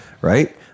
right